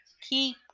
Keep